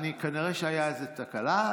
נראה שהייתה איזו תקלה,